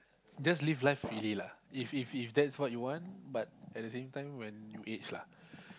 just live life freely lah if if if that's what you want but at the same time when you age lah